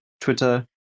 twitter